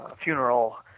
funeral